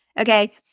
Okay